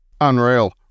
Unreal